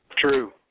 True